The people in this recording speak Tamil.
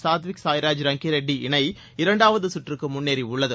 சாத்விக் சாய்ராஜ் ரங்கி ரெட்டி இணை இரண்டாவது சுற்றுக்கு முன்னேறியுள்ளது